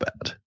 bad